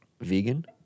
vegan